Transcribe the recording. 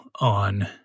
on